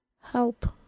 help